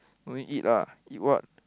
don't need eat lah eat what